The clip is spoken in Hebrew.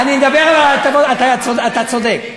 אתה צודק,